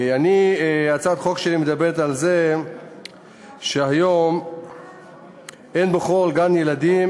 הצעת החוק שלי מדברת על המצב שהיום אין בכל גן-ילדים